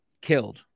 killed